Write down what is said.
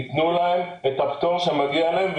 ייתנו להן את הפטור שמגיע להן,